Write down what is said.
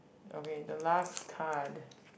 okay the last card